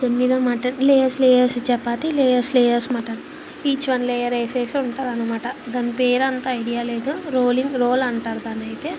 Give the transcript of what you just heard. దాని మీద mutton layers layers chapati layers layers mutton each one లేయరేసేసి ఉంటరనమాట దాని పేరంత ఐడియా లేదు రోలింగ్ రోలంటారు దాన్నయితే